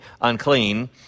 unclean